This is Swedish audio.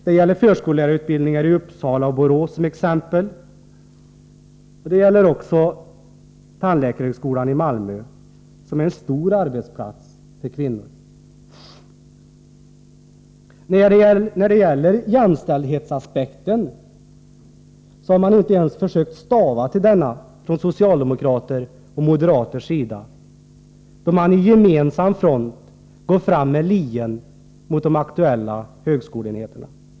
Det gäller t.ex. förskollärarutbildningar i Uppsala och Borås, och det gäller tandläkarhögskolan i Malmö, som är en stor arbetsplats för kvinnor. När det gäller jämställdhetsaspekten har man inte ens försökt stava till ordet från socialdemokraternas och moderaternas sida, då man i gemensam front går fram med lien mot de aktuella högskoleenheterna.